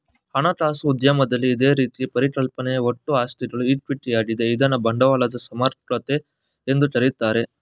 ಹಣಕಾಸು ಉದ್ಯಮದಲ್ಲಿ ಇದೇ ರೀತಿಯ ಪರಿಕಲ್ಪನೆಯು ಒಟ್ಟು ಆಸ್ತಿಗಳು ಈಕ್ವಿಟಿ ಯಾಗಿದೆ ಇದ್ನ ಬಂಡವಾಳದ ಸಮರ್ಪಕತೆ ಎಂದು ಕರೆಯುತ್ತಾರೆ